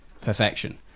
perfection